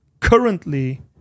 currently